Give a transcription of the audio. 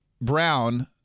Brown